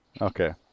okay